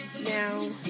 Now